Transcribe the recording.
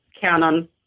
canon